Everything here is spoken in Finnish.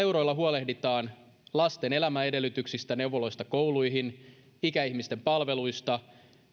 huolehditaan lasten elämän edellytyksistä neuvoloista kouluihin ikäihmisten palveluista